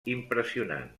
impressionant